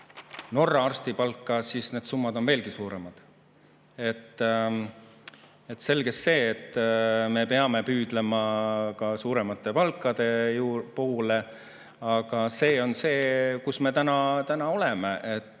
Norra arsti palgaga, siis need summad on veelgi suuremad. Selge see, et me peame püüdlema ka suuremate palkade poole, aga see on see, kus me täna oleme. Ma